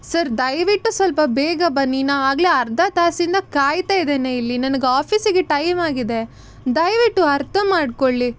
sir ದಯವಿಟ್ಟು ಸ್ವಲ್ಪ ಬೇಗ ಬನ್ನಿ ನಾನು ಆಗಲೇ ಅರ್ಧ ತಾಸಿಂದ ಕಾಯ್ತಾ ಇದ್ದೇನೆ ಇಲ್ಲಿ ನನಗೆ ಆಫೀಸಿಗೆ ಟೈಮಾಗಿದೆ ದಯವಿಟ್ಟು ಅರ್ಥ ಮಾಡಿಕೊಳ್ಳಿ